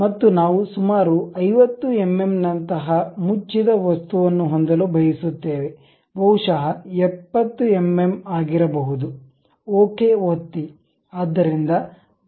ಮತ್ತು ನಾವು ಸುಮಾರು 50 ಎಂಎಂ ನಂತಹ ಮುಚ್ಚಿದ ವಸ್ತುವನ್ನು ಹೊಂದಲು ಬಯಸುತ್ತೇವೆ ಬಹುಶಃ 70 ಎಂಎಂ ಆಗಿರಬಹುದು ಓಕೆ ಒತ್ತಿ